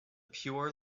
pure